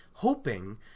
hoping